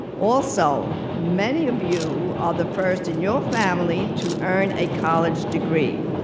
also, many of you are the first in your family to earn a college degree.